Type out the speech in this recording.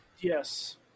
Yes